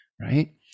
right